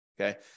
Okay